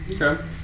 Okay